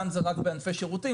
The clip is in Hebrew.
וכאן זה רק בענפי שירותים,